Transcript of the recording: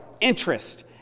interest